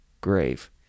grave